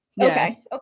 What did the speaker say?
okay